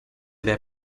their